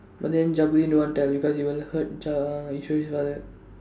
but then Jabudeen don't want tell because he will hurt Ja~ Eswari's father